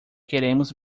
queremos